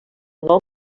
nom